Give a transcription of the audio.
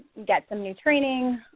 get some new training,